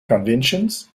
conventions